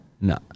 No